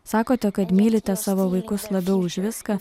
sakote kad mylite savo vaikus labiau už viską